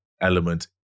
element